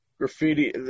graffiti